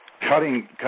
Cutting